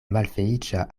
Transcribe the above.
malfeliĉa